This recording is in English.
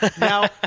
Now